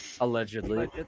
allegedly